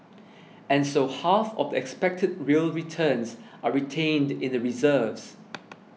and so half of the expected real returns are retained in the reserves